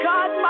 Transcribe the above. God